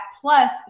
plus